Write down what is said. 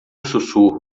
sussurro